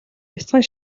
бяцхан